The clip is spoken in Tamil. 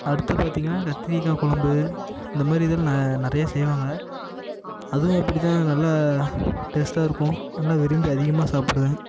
அடுத்து பார்த்திங்கன்னா கத்திரிக்காய் குழம்பு இந்த மாரி இதுலாம் நே நிறைய செய்வாங்க அதுவும் அப்பிடி தான் நல்லா டேஸ்ட்டாக இருக்கும் நல்லா விரும்பி அதிகமாக சாப்பிடுவேன்